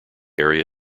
area